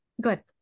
good